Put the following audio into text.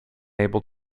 able